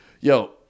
Yo